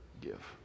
give